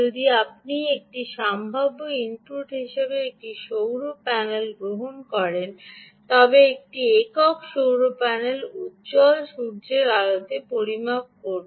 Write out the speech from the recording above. যদি আপনি সম্ভাব্য ইনপুট হিসাবে একটি সৌর প্যানেল গ্রহণ করেন তবে একটি একক সৌর প্যানেল উজ্জ্বল সূর্যের আলোতে পরিমাপ করবে